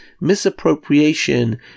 misappropriation